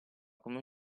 come